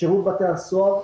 שירות בתי הסוהר,